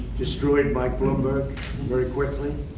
destroyed mike bloomberg very quickly.